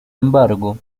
embargo